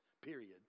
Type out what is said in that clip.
period